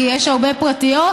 כי יש הרבה פרטיות,